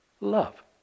Love